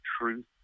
truth